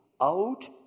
out